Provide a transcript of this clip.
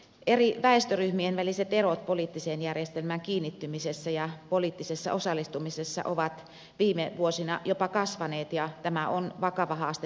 eri väestöryhmien väliset erot poliittiseen järjestelmään kiinnittymisessä ja poliittisessa osallistumisessa ovat viime vuosina jopa kasvaneet ja tämä on vakava haaste demokratialle